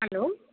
hello